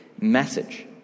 message